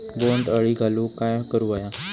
बोंड अळी घालवूक काय करू व्हया?